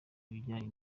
ibijyanye